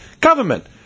government